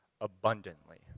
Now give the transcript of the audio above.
abundantly